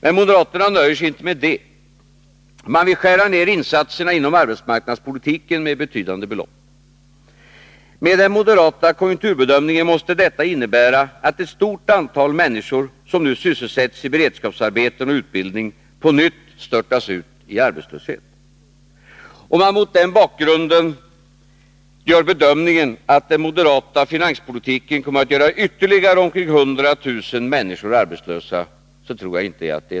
Men moderaterna nöjer sig inte med det. De vill skära ned insatserna inom arbetsmarknadspolitiken med betydande belopp. Med den moderata konjunkturbedömningen måste detta innebära att ett stort antal människor som nu har beredskapsarbete eller genomgår utbildning på nytt störtas ut i arbetslöshet. Jag tror inte att det är någon överdrift om man mot denna bakgrund beräknar att den moderata finanspolitiken kommer att göra ytterligare omkring 100 000 människor arbetslösa.